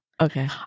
Okay